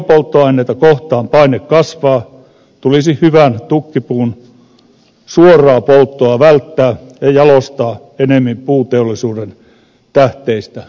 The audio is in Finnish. vaikka paine biopolttoaineita kohtaan kasvaa tulisi välttää hyvän tukkipuun suoraa polttoa ja jalostaa biopolttoaineita ennemmin puuteollisuuden tähteistä